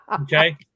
Okay